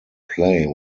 play